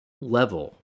level